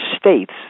states